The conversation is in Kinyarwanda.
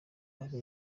abe